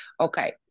Okay